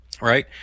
Right